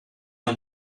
off